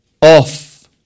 off